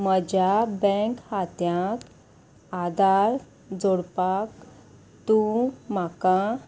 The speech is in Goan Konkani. म्हज्या बँक खात्यांत आदार जोडपाक तूं म्हाका